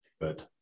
good